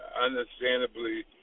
understandably